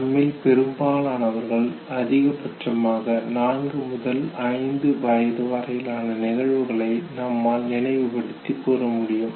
நம்மில் பெரும்பாலானவர்கள் அதிகபட்சமாக 4 முதல் 5 வயது வரையிலான நிகழ்வுகளை நம்மால் நினைவு படுத்தி கூறமுடியும்